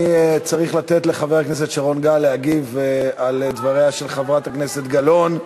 אני צריך לתת לחבר הכנסת שרון גל להגיב על דבריה של חברת הכנסת גלאון.